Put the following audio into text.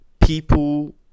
people